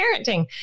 parenting